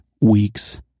weeks